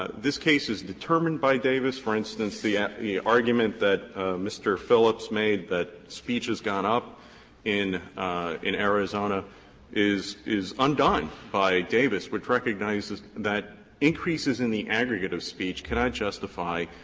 this case is determined by davis. for instance, the ah the argument that mr. phillips made that speech has gone up in in arizona is is undone by davis, which recognizes that increases in the aggregate of speech cannot justify